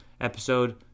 episode